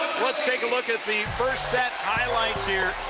let's take a look at the first set highlights here.